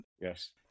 Yes